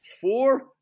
four